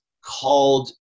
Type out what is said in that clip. called